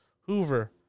Hoover